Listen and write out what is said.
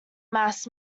mass